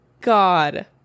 God